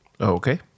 Okay